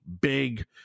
big